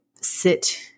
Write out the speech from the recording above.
sit